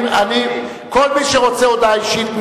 כל מי שרוצה הודעה אישית,